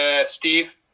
steve